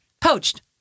poached